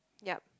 ya